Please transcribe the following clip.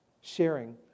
Sharing